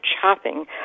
chopping